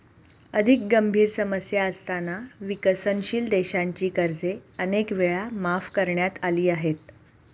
अधिक गंभीर समस्या असताना विकसनशील देशांची कर्जे अनेक वेळा माफ करण्यात आली आहेत